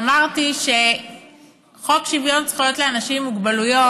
אמרתי שחוק שוויון זכויות לאנשים עם מוגבלות